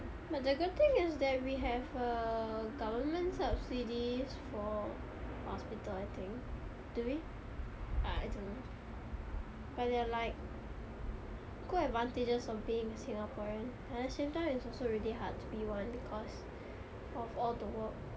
but the good thing is that we have err government subsidies for hospital I think do we I don't know but there are like cool advantages of being singaporean at the same time it's also really hard to be one because of all the work